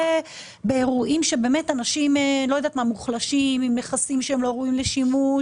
באירועים שבהם אנשים באמת מוחלשים ועם נכסים שלא ראויים לשימוש,